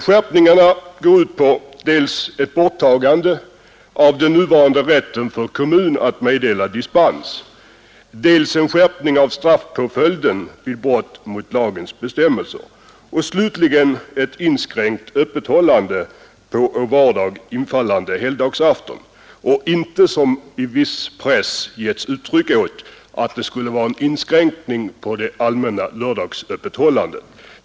Skärpningarna går ut på dels ett borttagande av den nuvarande rätten för kommun att meddela dispens, dels en skärpning av straffpåföljden vid brott mot lagens bestämmelser och slutligen ett inskränkt öppethållande på vardag infallande helgdagsafton. Det är inte, som i viss press getts uttryck för, fråga om en inskränkning av det allmänna lördagsöppethållandet.